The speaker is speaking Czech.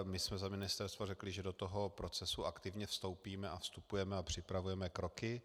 My jsme za ministerstvo řekli, že do toho procesu aktivně vstoupíme, a vstupujeme a připravujeme kroky.